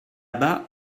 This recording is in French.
bas